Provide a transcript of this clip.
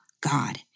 God